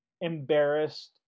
embarrassed